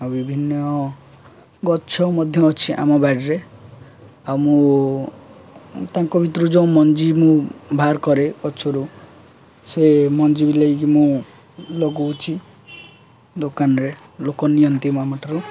ଆଉ ବିଭିନ୍ନ ଗଛ ମଧ୍ୟ ଅଛି ଆମ ବାଡ଼ିରେ ଆଉ ମୁଁ ତାଙ୍କ ଭିତରୁ ଯୋଉ ମଞ୍ଜି ମୁଁ ବାହାର କରେ ଗଛରୁ ସେ ମଞ୍ଜି ବି ନେଇକି ମୁଁ ଲଗାଉଛି ଦୋକାନରେ ଲୋକ ନିଅନ୍ତି ଆମ ଠାରୁ